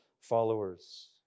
followers